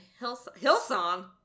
Hillsong